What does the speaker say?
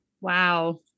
Wow